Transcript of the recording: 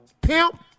Pimp